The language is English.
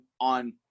on